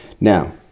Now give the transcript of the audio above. Now